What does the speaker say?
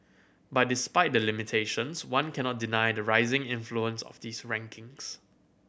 but despite the limitations one cannot deny the rising influence of these rankings